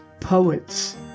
poets